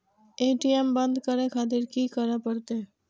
ATM बंद करें खातिर की करें परतें?